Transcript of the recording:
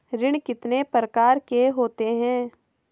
ऋण कितने प्रकार के होते हैं?